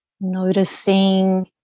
noticing